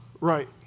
right